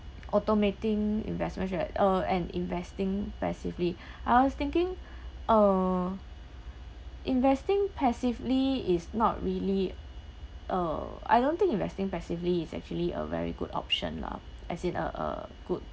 automating investments right uh and investing passively I was thinking uh investing passively is not really uh I don't think investing passively is actually a very good option lah as in a a good